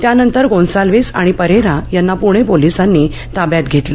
त्यानंतर गोन्साल्विस आणि परेरा यांना पुणे पोलिसांनी ताब्यात घेतलं